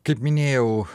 kaip minėjau